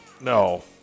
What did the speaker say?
No